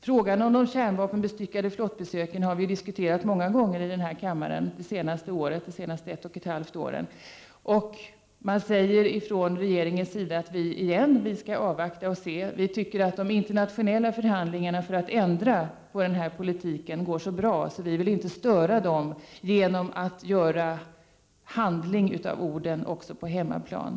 Vi har de senaste ett och ett halvt åren i denna kammare många gånger diskuterat frågan om besöken av kärnvapenbestyckade flottor. Man säger från regeringens sida: Vi skall avvakta och se. Vi tycker att de internationella förhandlingarna för att ändra på politiken går så bra att vi inte vill störa dem genom att göra handling av orden också på hemmaplan.